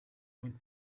one